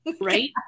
Right